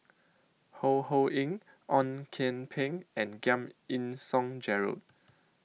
Ho Ho Ying Ong Kian Peng and Giam Yean Song Gerald